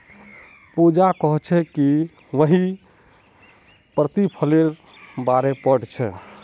पूजा कोहछे कि वहियं प्रतिफलेर बारे पढ़ छे